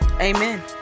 Amen